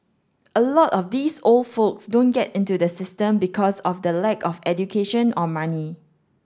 a lot of these old folks don't get into the system because of the lack of education or money